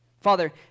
Father